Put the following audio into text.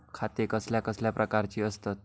खाते कसल्या कसल्या प्रकारची असतत?